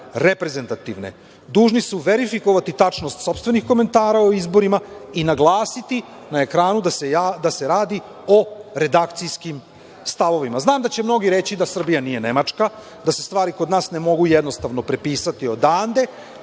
reprezentativne, dužni su verifikovati tačnost sopstvenih komentara o izborima i naglasiti na ekranu da se radi o redakcijskim stavovima. Znam da će mnogi reći da Srbija nije Nemačka, da se stvari kod nas ne mogu jednostavno prepisati odande,